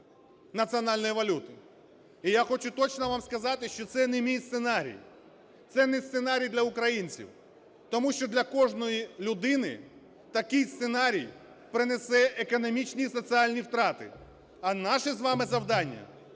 національної валюти. І я хочу точно вам сказати, що це не мій сценарій, це не сценарій для українців. Тому що для кожної людини такий сценарій принесе економічні і соціальні втрати. А наше з вами завдання